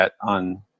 on